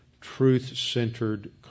truth-centered